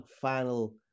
final